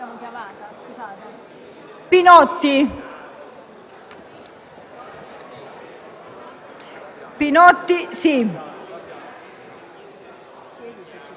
Pinotti,